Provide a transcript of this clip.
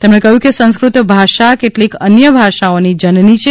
તેમણે કહ્યું કે સંસ્કૃત ભાષા કેટલીય અન્ય ભાષાઓની જનની છે